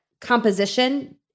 composition